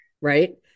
Right